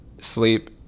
sleep